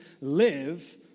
live